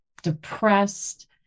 Depressed